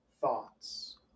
thoughts